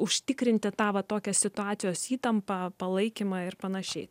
užtikrinti tą va tokią situacijos įtampą palaikymą ir panašiai